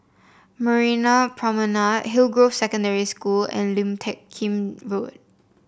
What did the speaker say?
Marina Promenade Hillgrove Secondary School and Lim Teck Kim Road